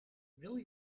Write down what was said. wil